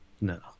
No